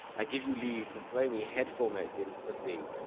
i give you leave to throw me headforemost into the sea.